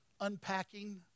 unpacking